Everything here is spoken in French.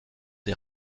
des